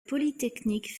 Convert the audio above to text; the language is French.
polytechnique